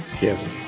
yes